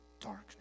darkness